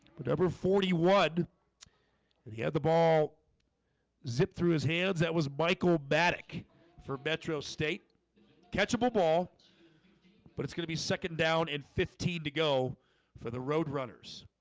whatever forty one and he had the ball zipped through his hands. that was by kolb attic for metro state catchable ball but it's gonna be second down and fifteen to go for the roadrunners